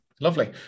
lovely